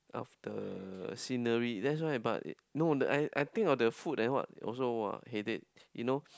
of the scenery that's why but no I I think of the food and what also !wah! headache you know